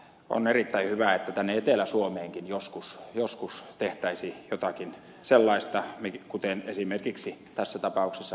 on erittäin hyvä että tänne etelä suomeenkin joskus tehtäisiin jotakin sellaista kuten esimerkiksi tässä tapauksessa ed